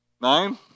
Nine